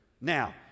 Now